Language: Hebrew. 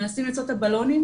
מנסים למצוא את הבלונים,